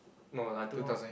no like to not